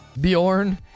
Bjorn